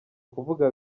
kuvuga